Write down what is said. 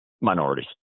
minorities